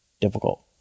difficult